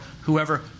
whoever